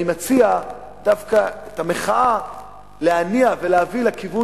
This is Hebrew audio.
אני מציע את המחאה להניע ולהביא לכיוון